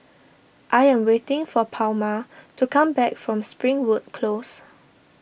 I am waiting for Palma to come back from Springwood Close